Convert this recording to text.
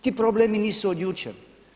Ti problemi nisu od jučer.